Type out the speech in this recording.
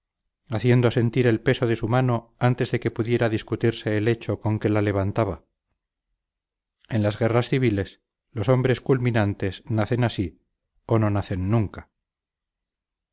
haciendo sentir el peso de su mano antes de que pudiera discutirse el derecho con que la levantaba en las guerras civiles los hombres culminantes nacen así o no nacen nunca